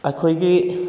ꯑꯩꯈꯣꯏꯒꯤ